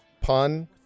pun